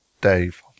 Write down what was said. Dave